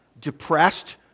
depressed